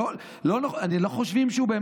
הם רוצים לומר את האמת,